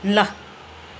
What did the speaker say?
ल